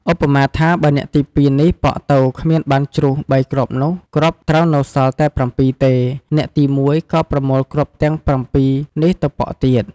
ឧបមាថា បើអ្នកទី២នេះប៉ក់ទៅគ្មានបានជ្រុះ ៣ គ្រាប់នោះ គ្រាប់ត្រូវនៅសល់តែ៧ទេ អ្នកទី១ ក៏ប្រមូលគ្រាប់ទាំង៧ នេះទៅប៉ក់ទៀត។